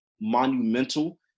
monumental